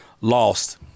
lost